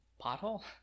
Pothole